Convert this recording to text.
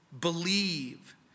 Believe